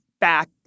back